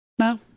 No